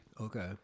Okay